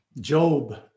Job